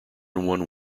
one